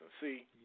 See